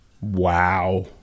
Wow